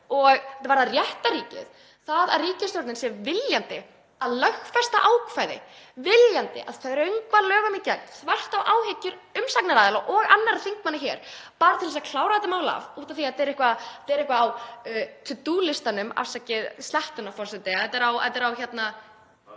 og þetta varðar réttarríkið. Það að ríkisstjórnin sé viljandi að lögfesta ákvæði, viljandi að þröngva lögum í gegn þvert á áhyggjur umsagnaraðila og annarra þingmanna hér, bara til að klára þetta mál af því að þetta er eitthvað á „to do“-listanum, afsakið slettuna, forseti, þetta er á (BLG: